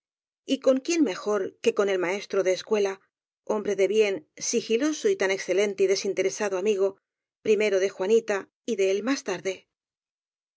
alguien y con quién mejor que con el maestro de escuela hombre de bien sigiloso y tan excelente y desinteresado ami go primero de juanita y de él más tarde